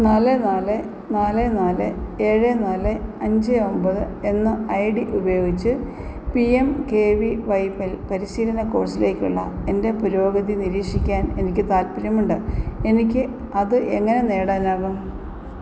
നാല് നാല് നാല് നാല് ഏഴ് നാല് അഞ്ച് ഒമ്പത് എന്ന ഐ ഡി ഉപയോഗിച്ച് P M K V Y പ പരിശീലന കോഴ്സിലേക്കുള്ള എൻ്റെ പുരോഗതി നിരീക്ഷിക്കാൻ എനിക്ക് താൽപ്പര്യമുണ്ട് എനിക്ക് അത് എങ്ങനെ നേടാനാകും